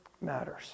matters